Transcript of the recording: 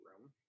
room